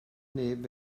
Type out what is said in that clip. neb